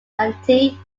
county